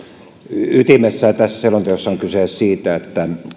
ytimessään tässä selonteossa on kyse siitä